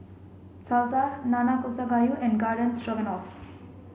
Salsa Nanakusa Gayu and Garden Stroganoff